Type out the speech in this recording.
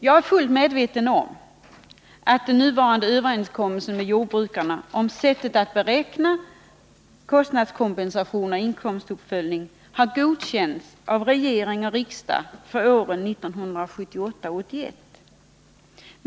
Jag är fullt medveten om att den nuvarande överenskommelsen med jordbrukarna om sättet att beräkna kostnadskompensation och inkomstuppföljning har godkänts av regering och riksdag för åren 1978-1981.